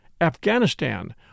Afghanistan